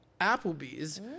Applebee's